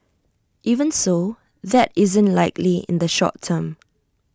even so that isn't likely in the short term